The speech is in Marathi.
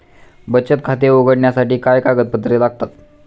बचत खाते उघडण्यासाठी काय कागदपत्रे लागतात?